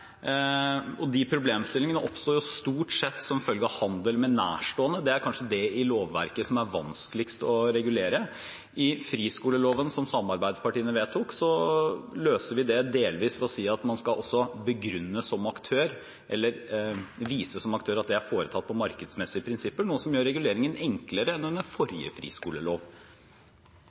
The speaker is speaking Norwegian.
og de problemstillingene oppstår stort sett som følge av handel med nærstående. Det er kanskje det i lovverket som er vanskeligst å regulere. I friskoleloven, som også samarbeidspartiene stemte for, løste vi det delvis ved å si at man skal vise som aktør at det er foretatt etter markedsmessige prinsipper, noe som gjør reguleringen enklere enn etter den forrige